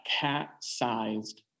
cat-sized